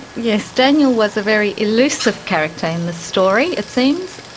yeah so daniel was a very elusive character in the story it seems.